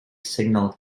signal